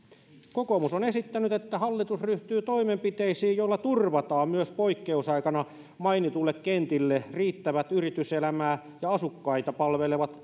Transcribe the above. kokoomus on esittänyt että hallitus ryhtyy toimenpiteisiin joilla turvataan myös poikkeusaikana mainituille kentille riittävät yrityselämää ja asukkaita palvelevat